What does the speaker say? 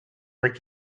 were